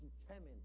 determined